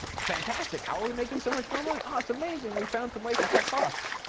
fantastic! how are we making so much more money? ah, it's amazing, we found some ways to cut costs.